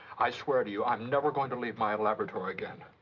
i swear to you, i'm never going to leave my laboratory again.